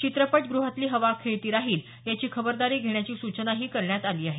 चित्रपट ग्रहातली हवा खेळती राहील याची खबरदारी घेण्याची सूचनाही करण्यात आली आहे